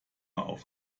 auf